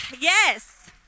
yes